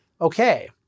okay